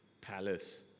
palace